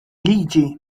liġi